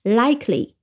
likely